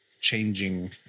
changing